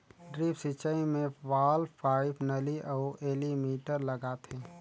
drip सिंचई मे valve, pipe, नली अउ एलीमिटर लगाथें